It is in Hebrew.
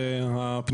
לא.